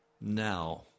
now